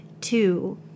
two